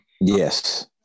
Yes